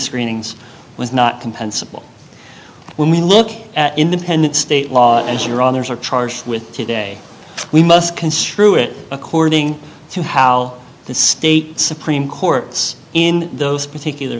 screenings was not compensable when we look at independent state law as your honour's are charged with today we must construe it according to how the state supreme courts in those particular